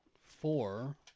four